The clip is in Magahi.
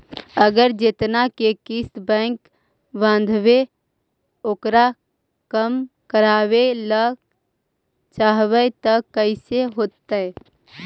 अगर जेतना के किस्त बैक बाँधबे ओकर कम करावे ल चाहबै तब कैसे होतै?